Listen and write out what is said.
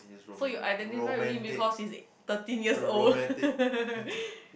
so you identify already because he is thirteen years old